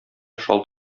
шалт